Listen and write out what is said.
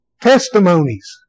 testimonies